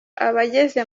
abageze